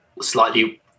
slightly